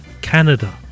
Canada